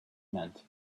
meant